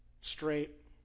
straight